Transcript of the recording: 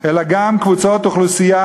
אלא גם קבוצות אוכלוסייה,